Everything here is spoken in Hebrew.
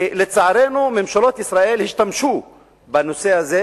לצערנו ממשלות ישראל השתמשו בנושא הזה